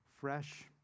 fresh